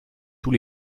tous